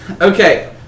Okay